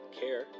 care